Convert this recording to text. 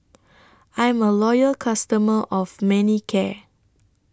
I'm A Loyal customer of Manicare